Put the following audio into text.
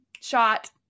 shot